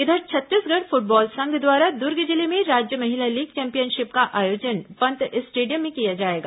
इधर छत्तीसगढ़ फुटबॉल संघ द्वारा दुर्ग जिले में राज्य महिला लीग चैपिंयनशिप का आयोजन पंत स्टेडियम में किया जाएगा